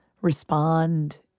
respond